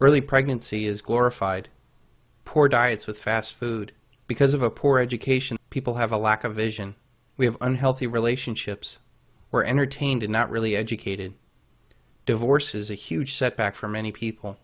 drugs early pregnancy is glorified poor diets with fast food because of a poor education people have a lack of vision we have unhealthy relationships were entertained and not really educated divorce is a huge setback for many people